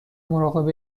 مراقب